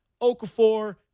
Okafor